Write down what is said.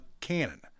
Cannon